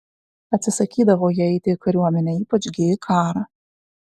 atsisakydavo jie eiti į kariuomenę ypač gi į karą